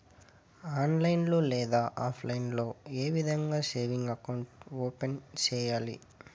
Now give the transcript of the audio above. online లో లేదా offline లో ఏ విధంగా సేవింగ్ అకౌంట్ ఓపెన్ సేయాలి